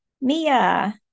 Mia